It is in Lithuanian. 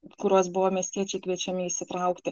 į kuriuos buvo miestiečiai kviečiami įsitraukti